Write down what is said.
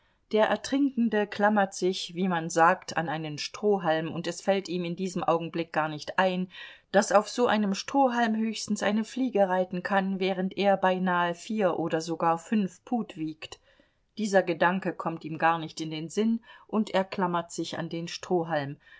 der ertrinkende klammert sich wie man sagt an einen strohhalm und es fällt ihm in diesem augenblick gar nicht ein daß auf so einem strohhalm höchstens eine fliege reiten kann während er beinahe vier oder sogar fünf pud wiegt dieser gedanke kommt ihm gar nicht in den sinn und er klammert sich an den strohhalm